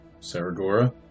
Saragora